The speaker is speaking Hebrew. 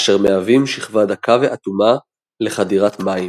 אשר מהווים שכבה דקה ואטומה לחדירת מים.